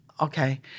Okay